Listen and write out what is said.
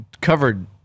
covered